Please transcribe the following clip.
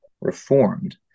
reformed